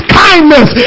kindness